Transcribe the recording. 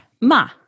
ma